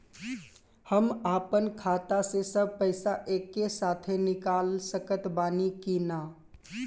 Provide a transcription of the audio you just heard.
हम आपन खाता से सब पैसा एके साथे निकाल सकत बानी की ना?